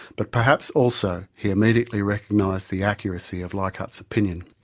but perhaps also he immediately recognised the accuracy of leichhardt's opinion.